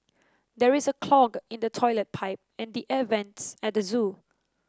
there is a clog in the toilet pipe and the air vents at the zoo